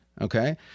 okay